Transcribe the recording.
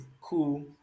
cool